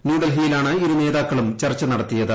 ന്യൂഡൽഹിയിലാണ് ഇരു നേതാക്കളും ചർച്ച നടത്തിയത്